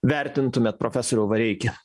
vertintumėt profesoriau vareiki